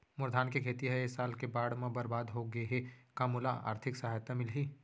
मोर धान के खेती ह ए साल के बाढ़ म बरबाद हो गे हे का मोला आर्थिक सहायता मिलही?